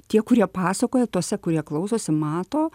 tie kurie pasakoja tuose kurie klausosi mato